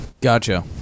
Gotcha